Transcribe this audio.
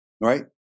Right